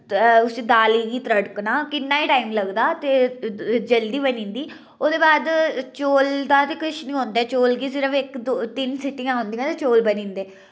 उस्सी दाली गी तड़कना किन्ना ही टाइम लगदा ते जल्दी बनी जंदी ओह्दे बाद चौल दा ते किश नी होंदा ऐ चौल गी सिर्फ इक दो तिन्न सीटियां औंदियां ते चौल बनी जंदे